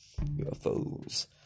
UFOs